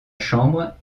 chambre